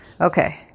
Okay